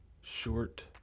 short